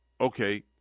okay